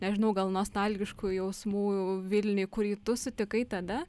nežinau gal nostalgiškų jausmų vilniuje kurį tu sutikai tada